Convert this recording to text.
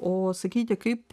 o sakyti kaip